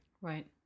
Right